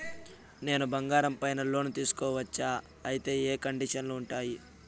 నేను బంగారం పైన లోను తీసుకోవచ్చా? అయితే ఏ కండిషన్లు ఉంటాయి?